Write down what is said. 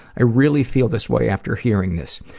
i really feel this way after hearing this.